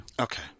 Okay